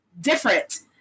different